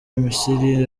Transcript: misiri